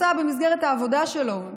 ונסע במסגרת העבודה שלו,